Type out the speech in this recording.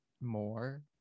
more